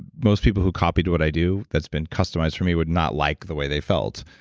most people who copied what i do that's been customized for me would not like the way they felt.